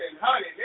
honey